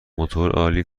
عالی